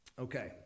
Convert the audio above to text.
Okay